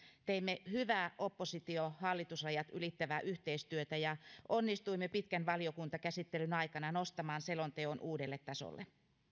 teimme hyvää oppositio hallitus rajat ylittävää yhteistyötä ja onnistuimme pitkän valiokuntakäsittelyn aikana nostamaan selonteon uudelle tasolle